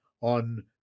on